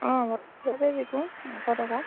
অঁ হিচাপে বিকোঁ এশ টকা